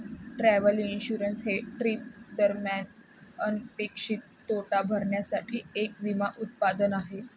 travel insurance हे trip दरम्यान अनपेक्षित तोटा भरण्यासाठी एक विमा उत्पादन आहे